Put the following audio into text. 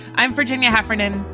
i'm virginia heffernan.